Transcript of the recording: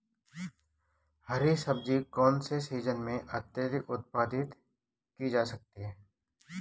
हरी सब्जी कौन से सीजन में अत्यधिक उत्पादित की जा सकती है?